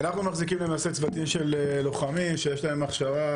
אנחנו מחזיקים למעשה צוותים של לוחמים שיש להם הכשרה